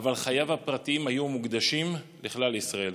אבל חייו הפרטיים היו מוקדשים לכלל ישראל.